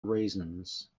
reasons